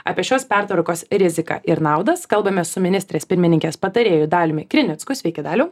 apie šios pertvarkos riziką ir naudas kalbamės su ministrės pirmininkės patarėju daliumi krinicku sveiki daliau